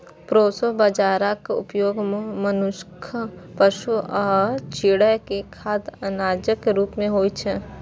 proso बाजाराक उपयोग मनुक्ख, पशु आ चिड़ै के खाद्य अनाजक रूप मे होइ छै